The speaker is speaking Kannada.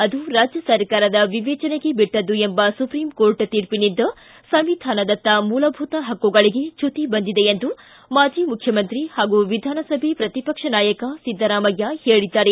ಅದು ರಾಜ್ಯ ಸರ್ಕಾರದ ವಿವೇಚನೆಗೆ ಬಿಟ್ಟದ್ದು ಎಂಬ ಸುಪ್ರೀಂ ಕೋರ್ಟ್ ತೀರ್ಷಿನಿಂದ ಸಂವಿಧಾನದಕ್ತ ಮೂಲಭೂತ ಪಕ್ಕುಗಳಿಗೆ ಚ್ಮುತಿ ಬಂದಿದೆ ಎಂದು ಮಾಜಿ ಮುಖ್ಯಮಂತ್ರಿ ಹಾಗೂ ವಿಧಾನಸಭೆ ಪ್ರತಿಪಕ್ಷ ನಾಯಕ ಸಿದ್ದರಾಮಯ್ಯ ಹೇಳಿದ್ದಾರೆ